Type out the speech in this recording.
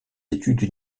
études